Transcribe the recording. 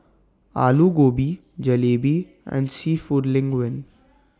Alu Gobi Jalebi and Seafood Linguine